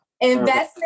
investment